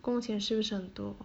工钱是不是很多